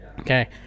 okay